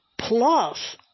plus